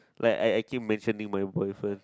like I I keep mentioning my